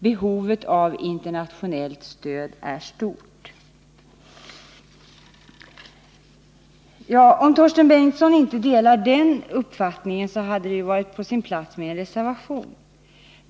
Behovet av internationellt stöd är stort.” Om Torsten Bengtson inte delar den uppfattningen hade det varit på sin plats med en reservation.